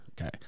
Okay